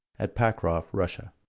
at pakroff, russia.